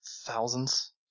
Thousands